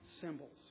symbols